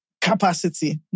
capacity